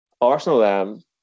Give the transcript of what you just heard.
Arsenal